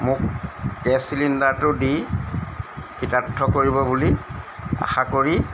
মোক গেছ চিলিণ্ডাৰটো দি কৃতাৰ্থ কৰিব বুলি আশা কৰি